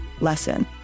lesson